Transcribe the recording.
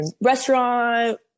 restaurant